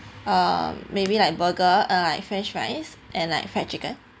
um maybe like burger or like french fries and like fried chicken